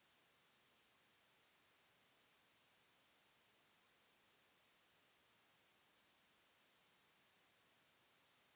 पहिले त खेत जोतना बोये क सब काम फरुहा, खुरपी आउर हल से हो जात रहल